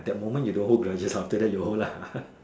that moment you don't hold grudges after that you hold lah